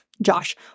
Josh